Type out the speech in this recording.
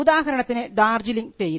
ഉദാഹരണത്തിന് ഡാർജിലിങ് തേയില